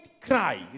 cry